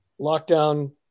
Lockdown